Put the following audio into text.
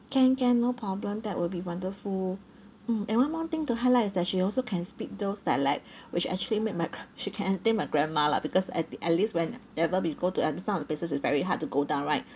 can can no problem that will be wonderful mm and one more thing to highlight is that she also can speak those dialect which actually make my grand~ she can entertain my grandma lah because at the at least whenever we go to I mean some of the places is very hard to go down right